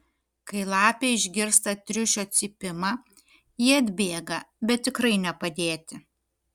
kai lapė išgirsta triušio cypimą ji atbėga bet tikrai ne padėti